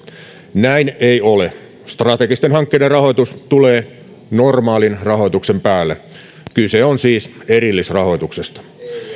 näin ei ole strategisten hankkeiden rahoitus tulee normaalin rahoituksen päälle kyse on siis erillisrahoituksesta